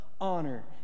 honor